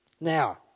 Now